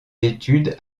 études